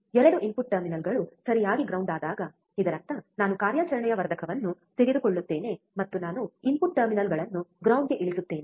ಎರಡೂ ಇನ್ಪುಟ್ ಟರ್ಮಿನಲ್ಗಳು ಸರಿಯಾಗಿ ಗ್ರೌಂಡ್ ಆದಾಗ ಇದರರ್ಥ ನಾನು ಕಾರ್ಯಾಚರಣೆಯ ವರ್ಧಕವನ್ನು ತೆಗೆದುಕೊಳ್ಳುತ್ತೇನೆ ಮತ್ತು ನಾನು ಇನ್ಪುಟ್ ಟರ್ಮಿನಲ್ಗಳನ್ನು ಗ್ರೌಂಡ್ ಗೆ ಇಳಿಸುತ್ತೇನೆ